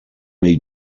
may